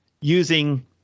using